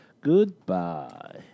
Goodbye